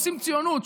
עושים ציונות,